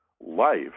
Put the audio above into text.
life